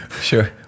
Sure